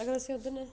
अगर असें ओह्दे न